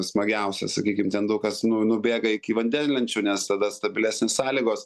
smagiausias sakykim ten daug kas nu nubėga iki vandenlenčių nes tada stabilesnės sąlygos